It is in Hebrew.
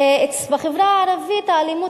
בחברה הערבית האלימות,